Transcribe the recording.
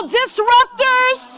disruptors